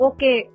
Okay